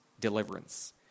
deliverance